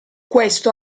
questo